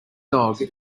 dog